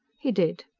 he did.